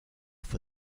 for